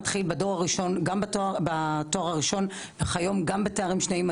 בתואר הראשון והיום גם בתארים שניים,